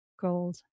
gold